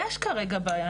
יש כרגע בעיה.